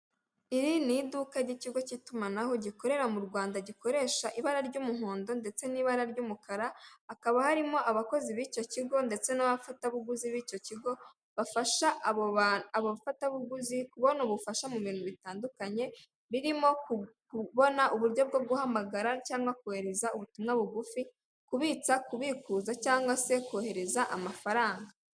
Iri ni iduka ry'ikigo cy'itumanaho gikorera mu Rwanda gikoresha ibara ry'umuhondo ndetse n'ibara ry'umukara hakaba harimo abakozi b'icyo kigo ndetse n'abafatabuguzi b'icyo kigo bafasha abafata buguzi kubona ubufasha mu bintu bitandukanye birimo kubona uburyo bwo guhamagara cyangwa kohereza ubutumwa bugufi kubitsa ,kubikuza cyangwa se kohereza amafaranga .